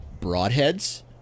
broadheads